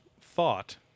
thought